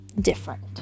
different